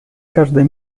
каждой